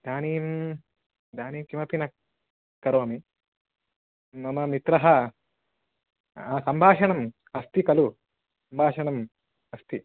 इदानीं इदानीं किमपि न करोमि मम मित्रः सम्भाषणम् अस्ति कलु सम्भाषणम् अस्ति